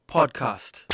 Podcast